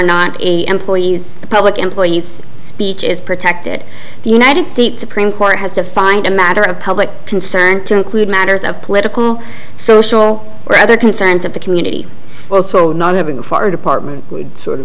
not a employees public employees speech is protected the united states supreme court has to find a matter of public concern to include matters of political social or other concerns of the community not having the former department sort of